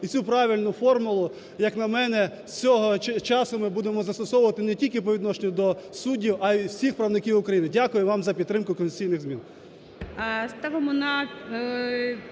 і цю правильну формулу, як на мене, з цього часу, ми будемо застосовувати не тільки по відношенню до суддів, а й до всіх правників України. Дякую вам за підтримку конституційних змін.